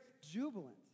jubilant